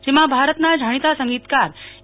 જેમાં ભારતના જાણીતા સંગીતકાર એ